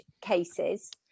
cases